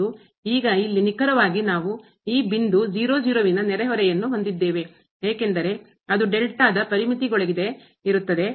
ಮತ್ತು ಈಗ ಇಲ್ಲಿ ನಿಖರವಾಗಿ ನಾವು ಈ ಬಿಂದು ವಿನ ನೆರೆಹೊರೆಯನ್ನು ಹೊಂದಿದ್ದೇವೆ ಏಕೆಂದರೆ ಅದು ದ ಪರಿಮಿತಿಯೊಳಗೆ ಇರುತ್ತದೆ